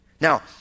Now